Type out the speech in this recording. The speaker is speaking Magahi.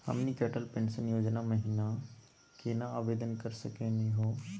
हमनी के अटल पेंसन योजना महिना केना आवेदन करे सकनी हो?